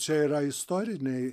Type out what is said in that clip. čia yra istoriniai